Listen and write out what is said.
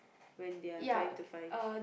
when they're trying to find